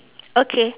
okay